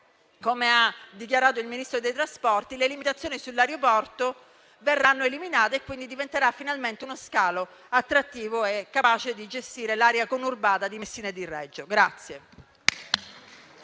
come ha dichiarato il Ministro dei trasporti, le limitazioni sull'aeroporto verranno eliminate per cui diventerà finalmente uno scalo attrattivo e capace di gestire l'area conurbata di Messina e di Reggio Calabria.